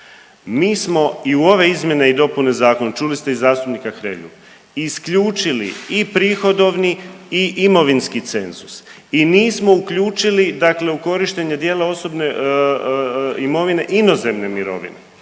Mi smo i u ove izmjene i dopune zakona čuli ste i zastupnika Hrelju isključili i prihodovni i imovinski cenzus i nismo uključili, dakle u korištenje dijela osobne imovine inozemne mirovine.